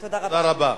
תודה רבה,